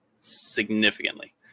significantly